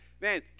man